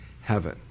heaven